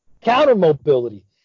counter-mobility